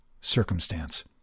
circumstance